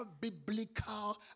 biblical